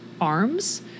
arms